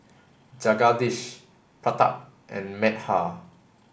Jagadish Pratap and Medha